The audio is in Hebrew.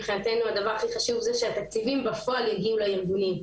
מבחינתנו הדבר הכי חשוב זה שהתקציבים בפועל יגיעו לארגונים.